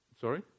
Sorry